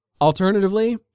Alternatively